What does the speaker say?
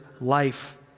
life